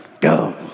go